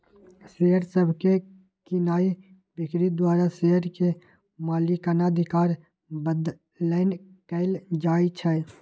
share सभके कीनाइ बिक्री द्वारा शेयर के मलिकना अधिकार बदलैंन कएल जाइ छइ